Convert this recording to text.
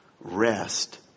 Rest